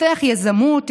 תפתח יזמות,